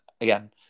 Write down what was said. again